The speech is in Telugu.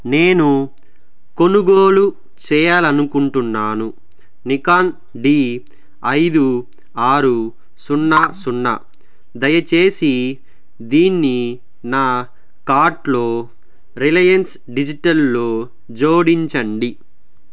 నేను కొనుగోలు చేయాలి అనుకుంటున్నాను నికాన్ డీ ఐదు ఆరు సున్నా సున్నా దయచేసి దీన్ని నా కార్ట్లో రిలయన్స్ డిజిటల్లో జోడించండి